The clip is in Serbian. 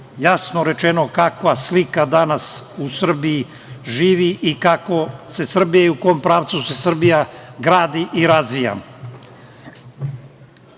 jasno rečeno kakva slika danas u Srbiji živi i kako se i u kom pravcu Srbija gradi i razvija. Novim